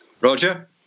Roger